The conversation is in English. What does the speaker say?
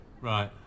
Right